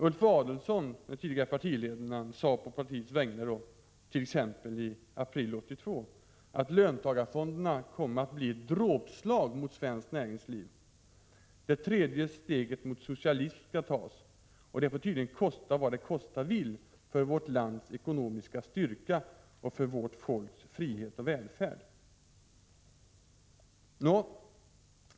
Ulf Adelsohn, ett tidigare partiledarnamn, sade på partiets vägnar t.ex. i april 1982 att löntagarfonderna skulle komma att bli ett dråpslag mot svenskt näringsliv, att det tredje steget mot socialism skulle tas och att detta tydligen skulle få kosta vad det kosta ville för vårt lands ekonomiska styrka och för vårt folks frihet och välfärd.